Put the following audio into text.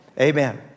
Amen